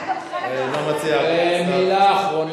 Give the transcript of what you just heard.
היה גם חלק מההסכם שלנו.